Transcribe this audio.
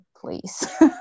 please